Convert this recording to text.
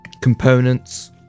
components